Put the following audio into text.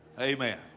Amen